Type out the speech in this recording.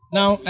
now